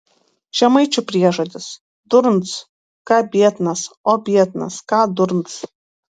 žemaičių priežodis durns ką biednas o biednas ką durns